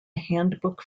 handbook